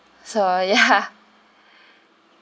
so ya